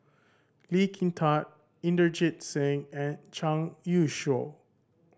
Lee Kin Tat Inderjit Singh and Zhang Youshuo